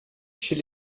chez